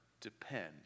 depend